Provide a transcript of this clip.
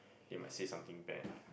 they might say something bad